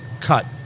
cut